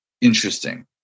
interesting